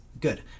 Good